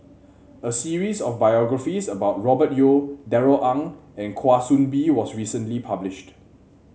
a series of biographies about Robert Yeo Darrell Ang and Kwa Soon Bee was recently published